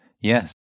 Yes